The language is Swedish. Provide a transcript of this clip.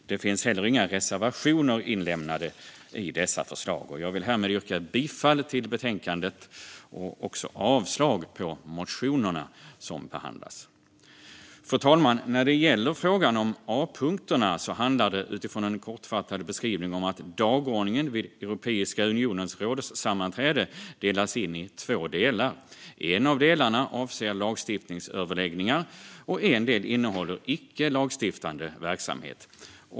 Det finns inga reservationer inlämnade när det gäller dessa förslag. Jag vill härmed yrka bifall till förslaget i betänkandet och avslag på motionerna som behandlas. Fru talman! När det gäller A-punkterna handlar det, utifrån en kortfattad beskrivning, om att dagordningen vid Europeiska unionens rådssammanträden delas in i två delar. En av delarna avser lagstiftningsöverläggningar, och en del innehåller icke lagstiftande verksamhet.